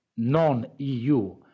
non-EU